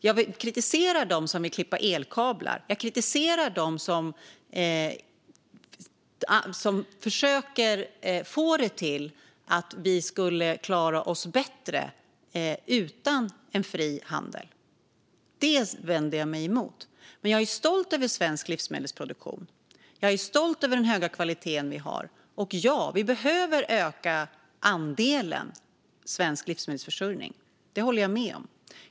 Jag kritiserar dem som vill klippa elkablar. Jag kritiserar dem som försöker få det till att vi skulle klara oss bättre utan en fri handel. Det vänder jag mig emot. Men jag är stolt över svensk livsmedelsproduktion. Jag är stolt över den höga kvalitet vi har. Och ja, vi behöver öka andelen svensk livsmedelsförsörjning. Det håller jag med om.